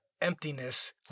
emptiness